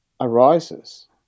arises